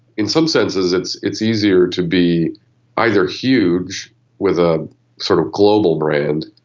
in some senses it's it's easier to be either huge with a sort of global brand,